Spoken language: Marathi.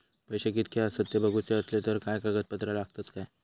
पैशे कीतके आसत ते बघुचे असले तर काय कागद पत्रा लागतात काय?